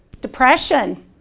Depression